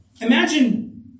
Imagine